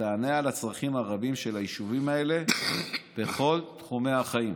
שתענה על הצרכים הרבים של היישובים האלה בכל תחומי החיים.